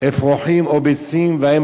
אפרֹחים או ביצים והאם